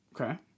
Okay